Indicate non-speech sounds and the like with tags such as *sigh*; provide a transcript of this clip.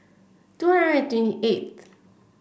*unintelligible* twenty eight